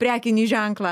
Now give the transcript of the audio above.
prekinį ženklą